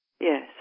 Yes